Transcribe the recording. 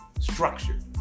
structured